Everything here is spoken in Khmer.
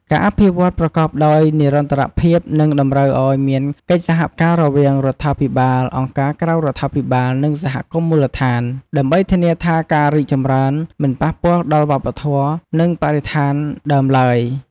ការអភិវឌ្ឍន៍ប្រកបដោយនិរន្តរភាពនឹងតម្រូវឱ្យមានកិច្ចសហការរវាងរដ្ឋាភិបាល អង្គការក្រៅរដ្ឋាភិបាល និងសហគមន៍មូលដ្ឋាន ដើម្បីធានាថាការរីកចម្រើនមិនប៉ះពាល់ដល់វប្បធម៌ និងបរិស្ថានដើមឡើយ។